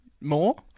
more